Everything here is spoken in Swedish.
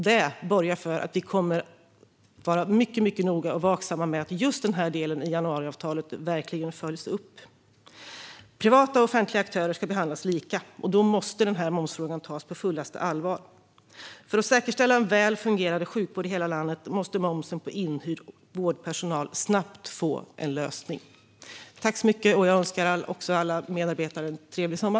Det borgar för att vi kommer att vara mycket noga och vaksamma med att just den delen i januariavtalet verkligen följs upp. Privata och offentliga aktörer ska behandlas lika, och då måste momsfrågan tas på fullaste allvar. För att säkerställa en väl fungerande sjukvård i hela landet måste momsen på inhyrd vårdpersonal snabbt få en lösning. Jag önskar alla medarbetare en trevlig sommar.